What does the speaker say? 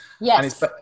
Yes